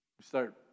start